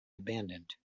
abandoned